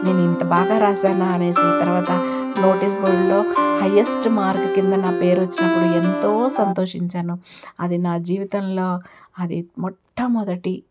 నేను ఇంత బాగా రాసానా అనేసి తరువాత నోటీస్ బోర్డులో హైయెస్ట్ మార్క్ క్రింద నా పేరు వచ్చినప్పుడు ఎంతో సంతోషించాను అది నా జీవితంలో అది మొట్టమొదటి